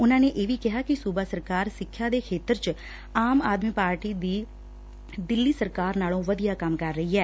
ਉਨੂਾ ਨੇ ਇਹ ਵੀ ਕਿਹਾ ਕਿੱ ਸੁਬਾ ਸਰਕਾਰ ਸਿੱਖਿਆ ਦੇ ਖੇਤਰ ਚ ਆਮ ਆਦਮੀ ਪਾਰਟੀ ਦੀ ਦਿੱਲੀ ਸਰਕਾਰ ਨਾਲੋਂ ਵਧੀਆ ਕੰਮ ਕਰ ਰਹੀ ਐ